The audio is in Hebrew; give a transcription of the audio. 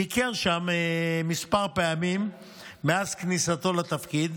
הוא ביקר שם כמה פעמים מאז כניסתו לתפקיד,